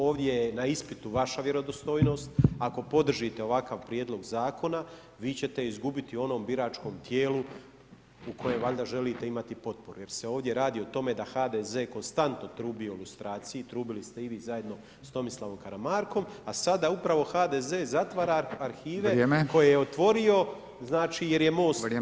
Ovdje je na ispitu vaša vjerodostojnost, ako podržite ovakav prijedlog zakona, vi ćete izgubiti u onom biračkom tijelu u kojem valja želite imati potporu jer se ovdje radi o tome da HDZ konstantno trubi o lustraciji, trubili ste i vi zajedno sa Tomislavom Karamarkom, a sada upravo HDZ zatvara arhive koje je otvorio jer je MOST to tražio.